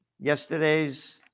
yesterday's